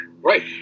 Right